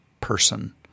person